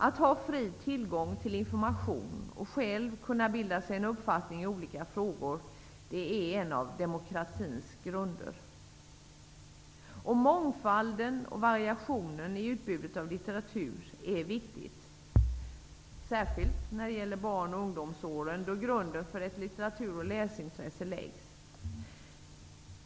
Att ha fri tillgång till information och själv kunna bilda sig en uppfattning i olika frågor är en av demokratins grunder. Mångfalden och variationen i utbudet av litteratur är viktiga, särskilt när det gäller barn och ungdomsåren, då grunden för ett litteratur och läsintresse läggs.